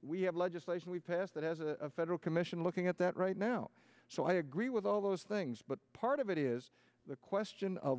we have legislation we've passed that has a federal commission looking at that right now so i agree with all those things but part of it is the question of